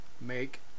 make